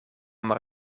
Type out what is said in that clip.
maar